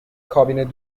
کابین